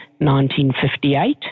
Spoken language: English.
1958